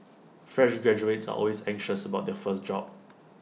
fresh graduates are always anxious about their first job